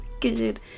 good